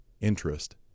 interest